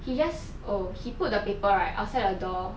he just oh he put the paper right outside the door